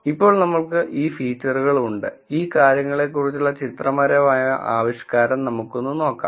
ഇപ്പോൾ നമ്മൾക്ക് ഈ ഫീച്ചറുകൾ ഉണ്ട് ഈ കാര്യങ്ങളെക്കുറിച്ചുള്ള ചിത്രപരമായ ആവിഷ്കാരം നമുക്കൊന്ന് നോക്കാം